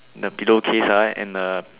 in the pillowcase ah and uh